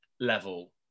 level